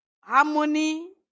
harmony